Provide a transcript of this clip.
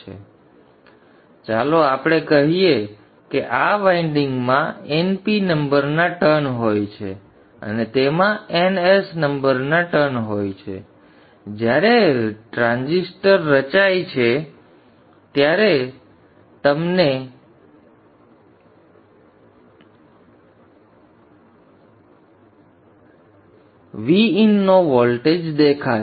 તેથી ચાલો આપણે કહીએ કે આ વાઇન્ડિંગમાં Np નંબરના ટર્ન હોય છે અને તેમાં Ns સંખ્યાના ટર્ન હોય છે અને જ્યારે ટ્રાન્ઝિસ્ટર રચાય છે ત્યારે તમને Vin નો વોલ્ટેજ દેખાશે